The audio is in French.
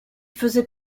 faisait